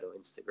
Instagram